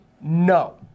no